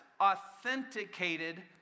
authenticated